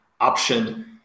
option